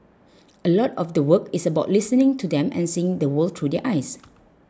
a lot of the work is about listening to them and seeing the world through their eyes